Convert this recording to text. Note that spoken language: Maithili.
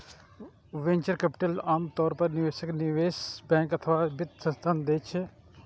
वेंचर कैपिटल आम तौर पर निवेशक, निवेश बैंक अथवा वित्त संस्थान दै छै